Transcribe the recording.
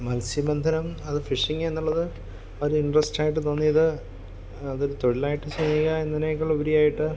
മത്സ്യബന്ധനം അത് ഫിഷിംഗ് എന്നുള്ളത് ഒരു ഇന്ററസ്റ്റ് ആയിട്ട് തോന്നിയത് അതൊര് തൊഴിലായിട്ട് ചെയ്യുക എന്നതിനേക്കാളുപരിയായിട്ട്